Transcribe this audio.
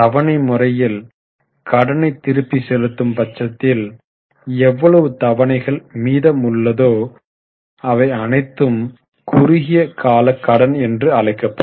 தவணை முறையில் கடனை திருப்பி செலுத்தும் பட்சத்தில் எவ்வளவு தவணைகள் மீதம் உள்ளதோ அவை அனைத்தும் குறுகிய கால கடன் என்று அழைக்கப்படும்